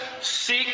seek